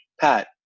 Pat